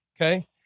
okay